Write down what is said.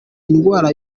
indwara